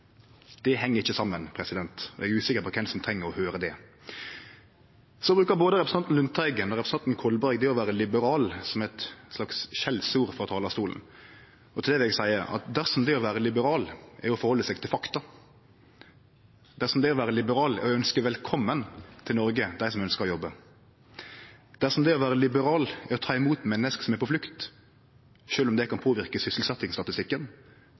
Det heng ikkje saman, og eg er usikker på kven som treng å høyre det. Så bruker både representanten Lundteigen og representanten Kolberg det å vere liberal som eit slags skjellsord frå talarstolen. Til det vil eg seie at dersom det å vere liberal er å gå fram i høve til fakta, dersom det å vere liberal er å ønskje velkommen til Noreg dei som ønskjer å jobbe, dersom det å vere liberal er å ta imot menneske som er på flukt – sjølv om det kan påverke